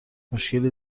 مشکلی